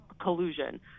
collusion